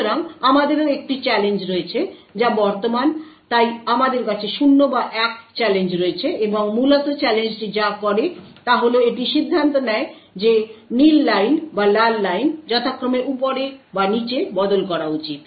সুতরাং আমাদেরও একটি চ্যালেঞ্জ রয়েছে যা বর্তমান তাই আমাদের কাছে 0 বা 1 চ্যালেঞ্জ রয়েছে এবং মূলত চ্যালেঞ্জটি যা করে তা হল এটি সিদ্ধান্ত নেয় যে নীল লাইন বা লাল লাইন যথাক্রমে উপরে বা নীচে বদল করা উচিত